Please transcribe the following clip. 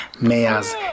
mayors